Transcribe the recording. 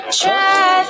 try